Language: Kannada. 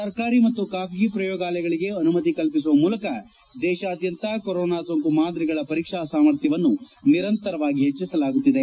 ಸರ್ಕಾರಿ ಮತ್ತು ಖಾಸಗಿ ಪ್ರಯೋಗಾಲಯಗಳಿಗೆ ಅನುಮತಿ ಕಲ್ಲಿಸುವ ಮೂಲಕ ದೇಶಾದ್ದಂತ ಕೊರೋನಾ ಸೋಂಕು ಮಾದರಿಗಳ ಪರೀಕ್ಸಾ ಸಾಮರ್ಥ್ಯವನ್ನು ನಿರಂತರವಾಗಿ ಹೆಚ್ಚಿಸಲಾಗುತ್ತಿದೆ